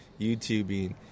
YouTubing